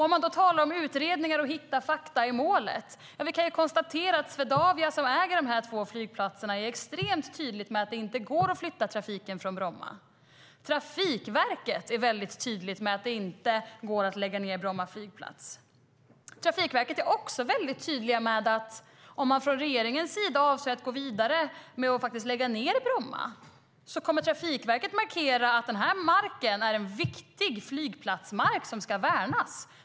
Om man talar om utredningar och om att hitta fakta i målet kan vi konstatera att Swedavia som äger dessa två flygplatser är extremt tydligt med att det inte går att flytta trafiken från Bromma. Trafikverket är väldigt tydligt med att det inte går att lägga ned Bromma flygplats. Trafikverket är också mycket tydligt med att om man från regeringens sida avser att gå vidare och faktiskt lägga ned Bromma kommer Trafikverket att markera att denna mark är en viktig flygplatsmark som ska värnas.